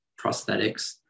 prosthetics